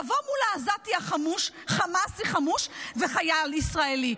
יבואו מול העזתי החמוש חמאסי חמוש וחייל ישראלי.